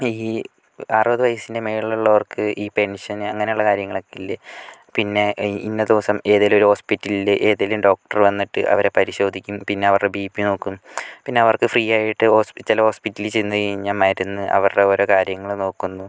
ഈ അറുപത് വയസ്സിൻ്റെ മുകളിലുള്ളവർക്ക് ഈ പെൻഷൻ അങ്ങനെയുള്ള കാര്യങ്ങളൊക്കെയില്ലേ പിന്നെ ഇന്ന ദിവസം ഏതെങ്കിലുമൊരു ഹോസ്പിറ്റലിൽ ഏതെങ്കിലും ഡോക്ടർ വന്നിട്ട് അവരെ പരിശോധിക്കും പിന്നെ അവരുടെ ബി പി നോക്കും പിന്നെ അവർക്ക് ഫ്രീ ആയിട്ട് ഹോസ് ചില ഹോസ്പിറ്റലിൽ ചെന്ന് കഴിഞ്ഞാൽ മരുന്ന് അവരുടെ ഓരോ കാര്യങ്ങളും നോക്കുന്നു